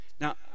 Now